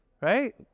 Right